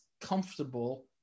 comfortable